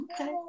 Okay